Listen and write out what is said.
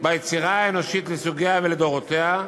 ביצירה האנושית לסוגיה ולדורותיה,